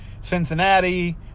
Cincinnati